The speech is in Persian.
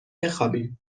بخوابیم